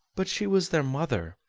but she was their mother.